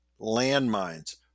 landmines